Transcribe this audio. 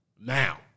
Now